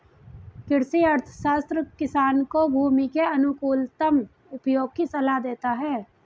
कृषि अर्थशास्त्र किसान को भूमि के अनुकूलतम उपयोग की सलाह देता है